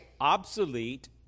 obsolete